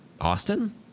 Austin